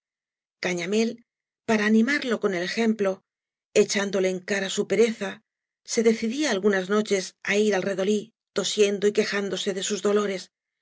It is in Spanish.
barraca cañamél para animarlo con el ejemplo echándole en cara su pereza se decidía algunas noches á ir al redolí tosiendo y quejándose de sus dolores